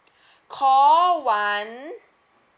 call one